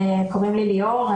קוראים לי ליאור,